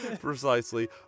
Precisely